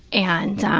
and